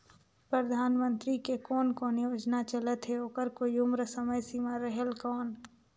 परधानमंतरी के कोन कोन योजना चलत हे ओकर कोई उम्र समय सीमा रेहेल कौन?